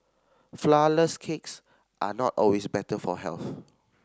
flourless cakes are not always better for health